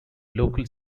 local